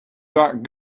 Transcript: that